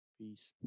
Peace